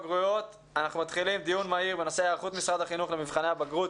אנחנו מתחילים דיון מהיר בנושא: היערכות משרד החינוך למבחני הבגרות,